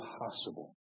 impossible